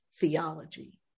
theology